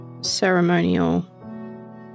ceremonial